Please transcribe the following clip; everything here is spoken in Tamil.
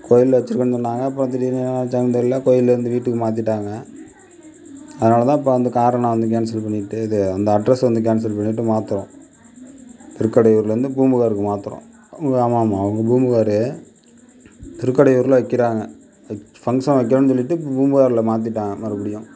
கோயிலில் வைச்சுருக்கேன்னு சொன்னாங்க இப்போ திடீரெனு என்ன நினச்சாங்கன்னு தெரிலை கோயிலிருந்து வீட்டுக்கு மாற்றிட்டாங்க அதனாலதான் இப்போ வந்து காரை நான் வந்து கேன்சல் பண்ணிவிட்டு இது அந்த அட்ரெஸ்சை வந்து கேன்சல் பண்ணிவிட்டு மாத்துகிறோம் திருக்கடையூரிலருந்து பூம்புகார்க்கு மாத்துகிறோம் ஆமாம் ஆமாம் அவங்க பூம்புகார் திருக்கடையூரில் வைக்கிறாங்க அது ஃபங்ஷன் வைக்கிறேன் சொல்லிட்டு இப்போ பூம்புகாரில் மாற்றிட்டாங்க மறுபடியும்